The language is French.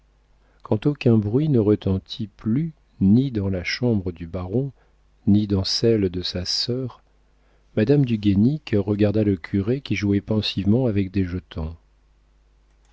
aucun bruit ne retentit plus ni dans la chambre du baron ni dans celle de sa sœur madame du guénic regarda le curé qui jouait pensivement avec des jetons